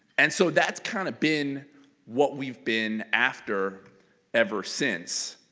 and so that's kind of been what we've been after ever since.